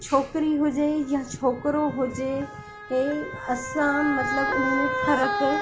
छोकिरी हुजे या छोकिरो हुजे ए असां मतिलबु उने में फ़र्क़ु